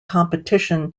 competition